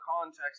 context